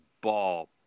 ball